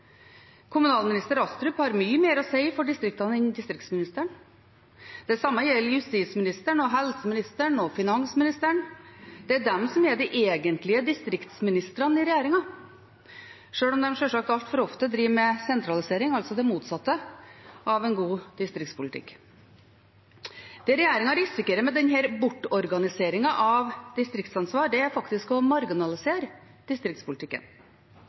Kommunalminister Astrup har mye mer å si for distriktene enn distriktsministeren. Det samme gjelder justisministeren, helseministeren og finansministeren. Det er de som er de egentlige distriktsministrene i regjeringen – sjøl om de sjølsagt altfor ofte driver med sentralisering, altså det motsatte av en god distriktspolitikk. Det regjeringen risikerer med denne bortorganiseringen av distriktsansvar, er faktisk å marginalisere distriktspolitikken.